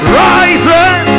rising